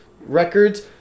records